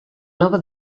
nova